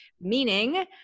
meaning